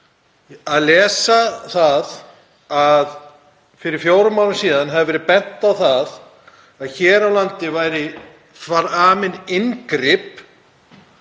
að lesa það að fyrir fjórum árum síðan hafi verið bent á það að hér á landi væri verið með inngrip